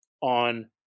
on